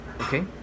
okay